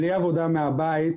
בלי עבודה מהבית,